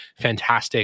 fantastic